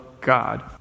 God